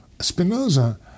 Spinoza